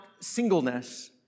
singleness